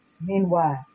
Meanwhile